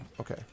Okay